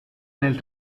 nel